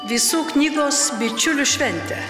visų knygos bičiulių šventė